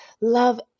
love